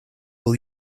will